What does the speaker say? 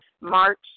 March